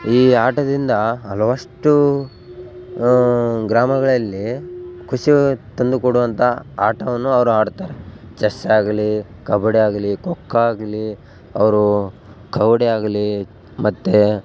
ಈ ಆಟದಿಂದ ಹಲವಷ್ಟೂ ಗ್ರಾಮಗಳಲ್ಲಿ ಖುಷಿ ತಂದು ಕೊಡುವಂಥ ಆಟವನ್ನು ಅವರು ಆಡುತ್ತಾರೆ ಚೆಸ್ಸ್ ಆಗಲಿ ಕಬಡ್ಡಿ ಆಗಲಿ ಖೋ ಖೋ ಆಗಲಿ ಅವರು ಕವಡೆ ಆಗಲಿ ಮತ್ತು